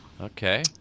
Okay